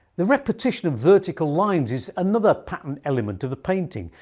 the repetition of vertical lines is another pattern element of the painting,